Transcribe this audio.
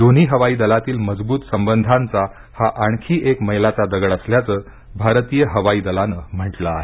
दोन्ही हवाई दलातील मजबूत संबधांचा हा आणखी एक मैलाचा दगड असल्याचं भारतीय हवाई दलानं म्हटलं आहे